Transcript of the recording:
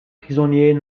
prisonniers